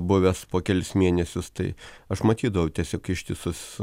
buvęs po kelis mėnesius tai aš matydavau tiesiog ištisus